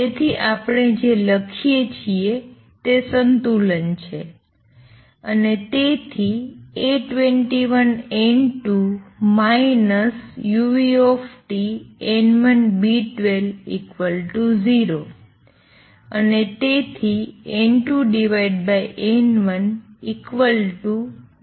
તેથી આપણે જે લખીએ છીએ તે સંતુલન છે અને તેથી A21N2 uTN1B120 અને તેથી N2N1B12uTA21